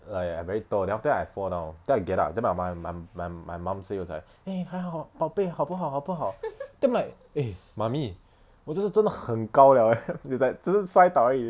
like I'm very tall then after that I fall down then I get up then my moth~ my my my mom say was like eh 还好宝贝好不好好不好 then I'm like eh mommy 我是真的很高 liao eh is like 只是摔倒而已